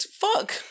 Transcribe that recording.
Fuck